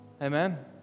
Amen